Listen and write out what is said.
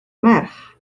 merch